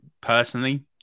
Personally